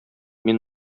мин